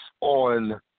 on